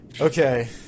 Okay